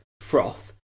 froth